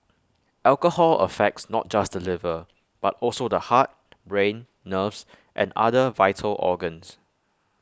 alcohol affects not just the liver but also the heart brain nerves and other vital organs